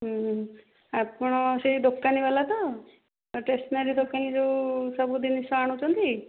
ଆପଣ ସେଇ ଦୋକାନୀ ବାଲା ତ ଷ୍ଟେସନାରୀ ଦୋକାନୀ ଯେଉଁ ସବୁ ଜିନିଷ ଆଣୁଛନ୍ତି